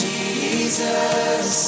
Jesus